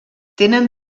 tenen